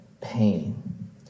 pain